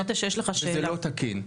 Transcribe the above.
וזה לא תקין.